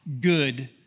good